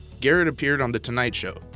garrett appeared on the tonight show,